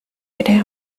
ere